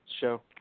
show